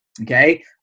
Okay